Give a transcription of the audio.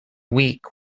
weak